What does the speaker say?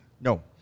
No